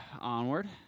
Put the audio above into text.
onward